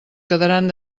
quedaran